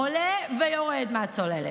עולה ויורד מהצוללת,